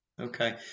Okay